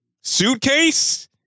suitcase